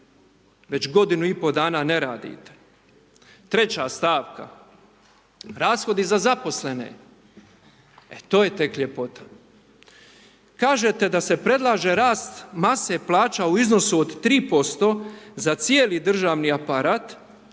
Već godinu i pol dana ne radite. Treća stavka, rashodi za zaposlene, e to je tek ljepota. Kažete da se predlaže rast mase plaća u iznosu od 3% za cijeli državni aparat,